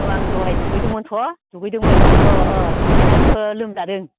औ आं दहाय दुगैदोंमोनथ' दुगैदोंमोन अ अ दुगैनानैथ' लोमजादों